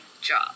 job